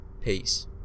peace